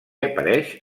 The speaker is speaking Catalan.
apareix